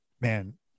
Man